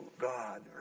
God